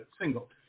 single